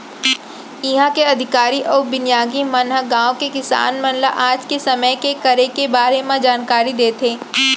इहॉं के अधिकारी अउ बिग्यानिक मन ह गॉंव के किसान मन ल आज के समे के करे के बारे म जानकारी देथे